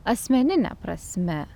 asmenine prasme